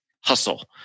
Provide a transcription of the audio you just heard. hustle